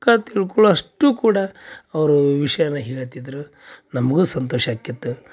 ತಿಳ್ಕೊಳ್ಳುವಷ್ಟು ಕೂಡ ಅವರೂ ವಿಷಯನ ಹೇಳ್ತಿದ್ರು ನಮಗೂ ಸಂತೋಷ ಆಕ್ಯತ್ತ